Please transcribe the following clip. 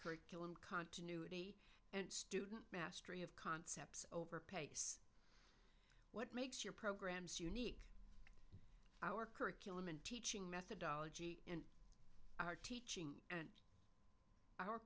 curriculum continuity and student mastery of concepts for pace what makes your programs unique our curriculum and teaching methodology our teaching and our